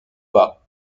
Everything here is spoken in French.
pas